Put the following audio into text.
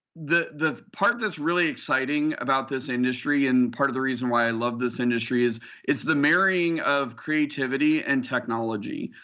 the the part that's really exciting about this industry and part of the reason why i love this industry is it's the marrying of creativity and technology.